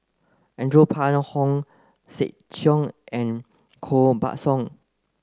Andrew Phang Hong Sek Chern and Koh Buck Song